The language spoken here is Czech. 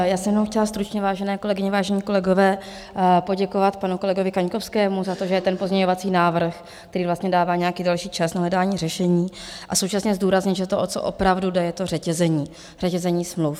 Já jsem jenom chtěla stručně, vážené kolegyně, vážení kolegové, poděkovat panu kolegovi Kaňkovskému za to, že ten pozměňovací návrh, který vlastně dává nějaký další čas na hledání řešení, a současně zdůraznit, že to, o co opravdu jde, je řetězení smluv.